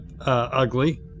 ugly